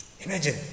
Imagine